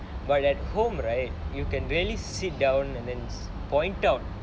but at home right you can really sit down and then point out